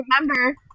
remember